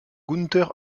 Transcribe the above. günther